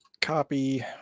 copy